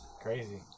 Crazy